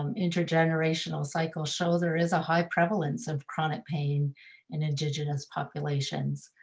um intergenerational cycle shows there is a high prevalence of chronic pain in indigenous populations,